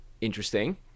interesting